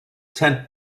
tent